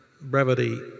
brevity